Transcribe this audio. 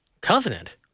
Covenant